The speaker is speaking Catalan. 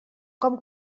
com